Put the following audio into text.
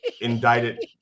indicted